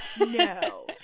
No